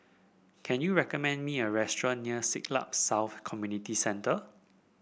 can you recommend me a restaurant near Siglap South Community Centre